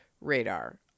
radar